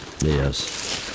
Yes